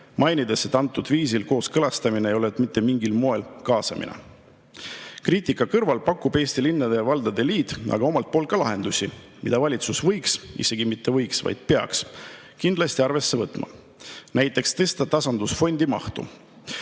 mainides, et antud viisil kooskõlastamine ei ole mitte mingil moel kaasamine. Kriitika kõrval pakub Eesti Linnade ja Valdade Liit aga omalt poolt ka lahendusi, mida valitsus võiks arvesse võtta – isegi mitte võiks, vaid peaks kindlasti arvesse võtma. Näiteks tuleks tõsta tasandusfondi mahtu.